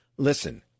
Listen